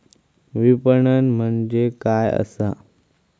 विपणन म्हणजे काय असा?